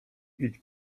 idź